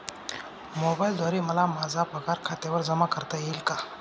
मोबाईलद्वारे मला माझा पगार खात्यावर जमा करता येईल का?